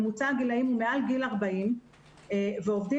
ממוצע הגילאים הוא מעל גיל 40 והם עובדים